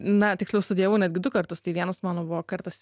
na tiksliau studijavau netgi du kartus tai vienas mano buvo kartas